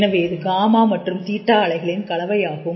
எனவே இது காமா மற்றும் தீட்டா அலைகளில் கலவையாகும்